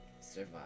survive